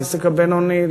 לעסק הבינוני,